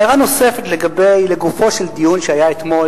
הערה נוספת לגופו של דיון שהיה אתמול,